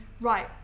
right